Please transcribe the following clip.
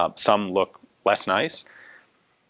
ah some look less nice.